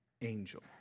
angel